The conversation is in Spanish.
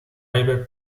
river